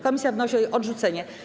Komisja wnosi o jej odrzucenie.